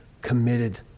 committed